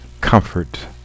comfort